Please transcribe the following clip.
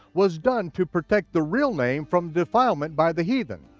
was done to protect the real name from defilement by the heathen.